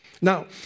Now